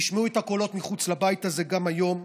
תשמעו את הקולות מחוץ לבית הזה גם היום,